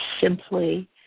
simply